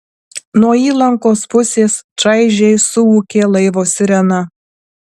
nuo įlankos pusės čaižiai suūkė laivo sirena